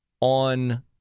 on